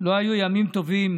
לא היו ימים טובים